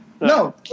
No